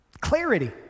Clarity